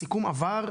הסיכום עבר,